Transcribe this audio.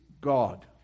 God